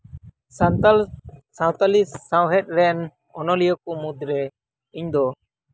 ᱥᱟᱱᱛᱟᱲ ᱥᱟᱱᱛᱟᱲᱤ ᱥᱟᱶᱦᱮᱫ ᱨᱮᱱ ᱚᱱᱚᱞᱤᱭᱟᱹ ᱠᱚ ᱢᱩᱫᱽ ᱨᱮ ᱤᱧ ᱫᱚ